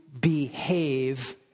behave